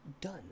done